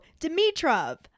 Dimitrov